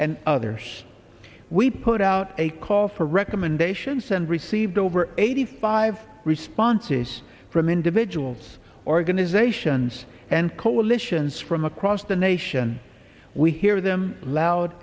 and others we put out a call for recommendations and received over eighty five responses from individuals organizations and coalitions from across the nation we hear them loud